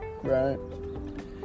right